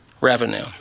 revenue